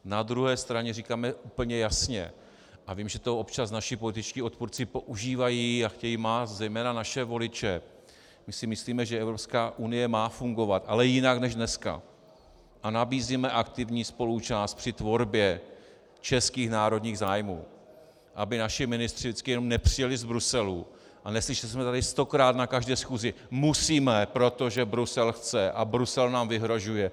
Na druhé straně říkáme úplně jasně, a vím, že to občas naši političtí odpůrci používají a chtějí mást zejména naše voliče my si myslíme, že Evropská unie má fungovat, ale jinak než dneska, a nabízíme aktivní spoluúčast při tvorbě českých národních zájmů, aby naši ministři vždycky jenom nepřijeli z Bruselu a neslyšeli jsme tady stokrát na každé schůzi: musíme, protože Brusel chce a Brusel nám vyhrožuje.